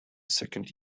second